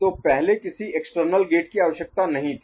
तो पहले किसी एक्सटर्नल गेट की आवश्यकता नहीं थी